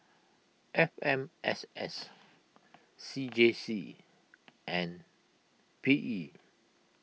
F M S S C J C and P E